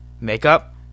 Makeup